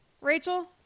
Rachel